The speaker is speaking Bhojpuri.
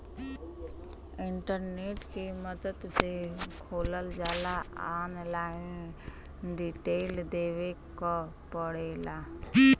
इंटरनेट के मदद से खोलल जाला ऑनलाइन डिटेल देवे क पड़ेला